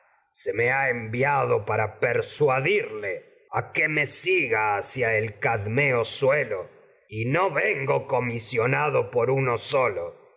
se me enviado para persuadirle a que me siga hacia el tragedias de sófocles cadmeo sino suelo y no vengo comisionado por uno sólo